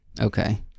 okay